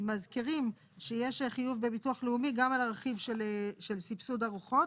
יש מזכירים שיש חיוב בביטוח לאומי גם על הרכיב של סבסוד ארוחות,